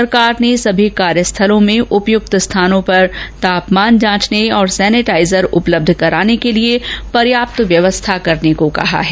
सरकार ने सभी कार्यस्थलों में उपयुक्त स्थानों पर तापमान जांचने और सेनेटाइजर उपलब्ध कराने के लिए पर्याप्त व्यवस्था करने को कहा है